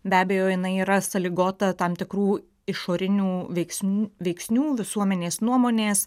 be abejo jinai yra sąlygota tam tikrų išorinių veiksm veiksnių visuomenės nuomonės